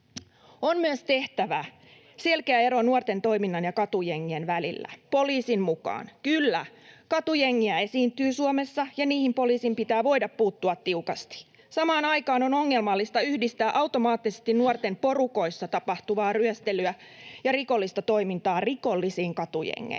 On myös tehtävä selkeä ero nuorten toiminnan ja katujengien välillä. Poliisin mukaan, kyllä, katujengejä esiintyy Suomessa, ja niihin poliisin pitää voida puuttua tiukasti. Samaan aikaan on ongelmallista yhdistää automaattisesti nuorten porukoissa tapahtuvaa ryöstelyä ja rikollista toimintaa rikollisiin katujengeihin.